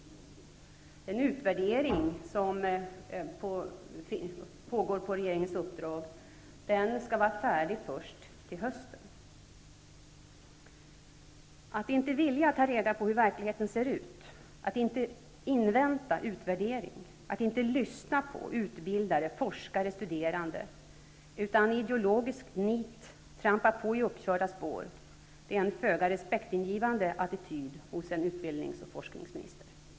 Den utvärdering som sker på regeringens uppdrag skall vara färdig först till hösten. Att inte vilja ta reda på hur verkligheten ser ut, att inte invänta utvärderingen och att inte lyssna till utbildare, forskare och studerande utan i ideologiskt nit trampa på i uppkörda spår är en föga respektingivande attityd hos en utbildnings och forskningsminister.